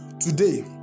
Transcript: Today